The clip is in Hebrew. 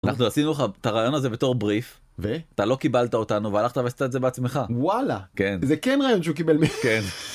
אנחנו עשינו לך את הרעיון הזה בתור בריף, ו? אתה לא קיבלת אותנו והלכת ועשית את זה בעצמך. וואלה. כן. זה כן רעיון שהוא קיבל מ.. כן.